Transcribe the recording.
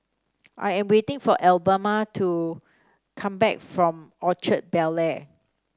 I am waiting for Alabama to come back from Orchard Bel Air